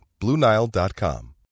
BlueNile.com